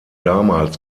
damals